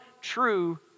true